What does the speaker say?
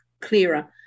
clearer